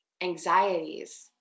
anxieties